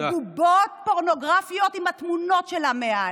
בבובות פורנוגרפיות עם התמונות שלה מעל.